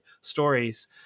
stories